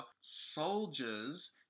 soldiers